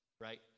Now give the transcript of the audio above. right